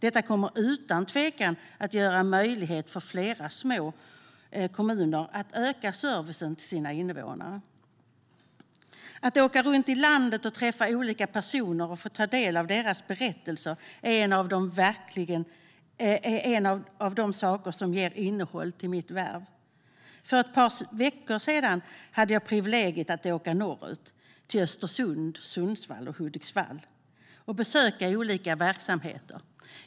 Detta kommer utan tvekan att ge möjlighet för fler små kommuner att öka servicen till sina invånare. Att åka runt i landet och träffa olika personer och få ta del av deras berättelser är en av de saker som ger innehåll till mitt värv. För ett par veckor sedan hade jag privilegiet att åka norrut till Östersund, Sundsvall och Hudiksvall och besöka olika verksamheter.